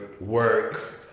work